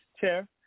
chair